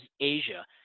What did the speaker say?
Asia